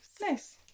Nice